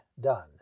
done